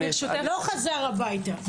לא חזר הביתה.